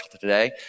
today